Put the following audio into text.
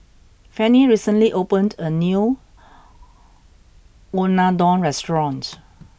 Fanny recently opened a new Unadon restaurant